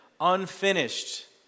unfinished